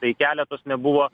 tai keletos nebuvo